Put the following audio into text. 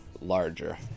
larger